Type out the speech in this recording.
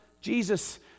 Jesus